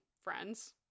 friends